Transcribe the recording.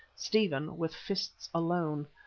stephen with fists alone.